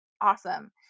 awesome